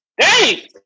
Hey